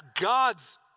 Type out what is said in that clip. God's